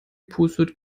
pustet